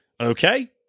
Okay